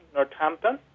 Northampton